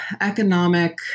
economic